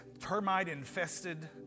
termite-infested